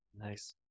Nice